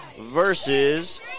versus